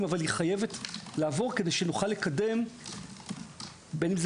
אבל היא חייבת לעבור כדי שנוכל לקדם בין אם זה